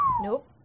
nope